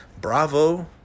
bravo